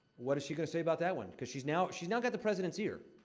what is she gonna say about that one? cause she's now she's now got the president's ear,